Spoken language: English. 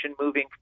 moving